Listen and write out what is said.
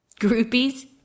Groupies